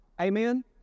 Amen